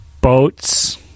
boats